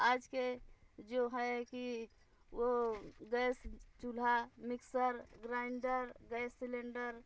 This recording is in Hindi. आज के जो है कि वो गैस चूल्हा मिक्सर ग्राइन्डर गैस सिलेंडर